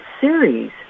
series